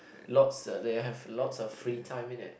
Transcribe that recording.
lots of they have lots of free time (in it)